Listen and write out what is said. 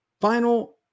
Final